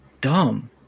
dumb